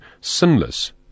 sinless